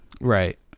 Right